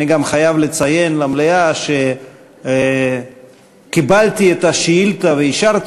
אני גם חייב לציין למליאה שקיבלתי את השאילתה ואישרתי